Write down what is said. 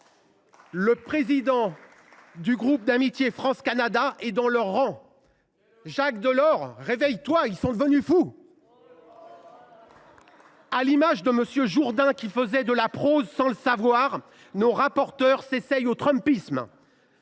Le président du groupe d’amitié France Canada est dans leurs rangs. Quelle honte ! Jacques Delors, réveille toi, ils sont devenus fous ! À l’image de M. Jourdain, qui faisait de la prose sans le savoir, nos rapporteurs s’essaient au trumpisme.,